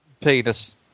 Penis